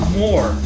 more